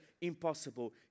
impossible